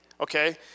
okay